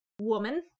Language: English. woman